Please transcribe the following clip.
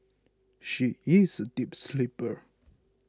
she is a deep sleeper